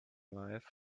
life